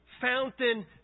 fountain